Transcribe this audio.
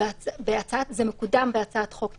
זה מקודם בהצעת חוק נפרדת.